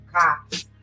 cops